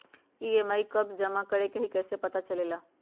EMI कव जमा करेके हई कैसे पता चलेला?